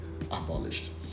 abolished